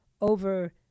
over